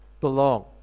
belong